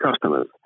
customers